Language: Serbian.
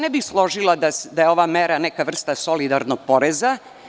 Ne bih se složila da je ova mera neka vrsta solidarnog poreza.